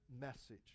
message